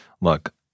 look